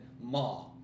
Ma